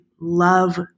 love